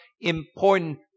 important